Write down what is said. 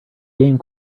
game